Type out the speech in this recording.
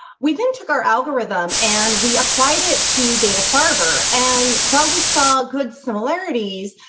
we then took our algorithm and we applied it to dana farber and while we saw good similarities,